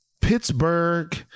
Pittsburgh